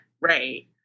Right